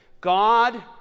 God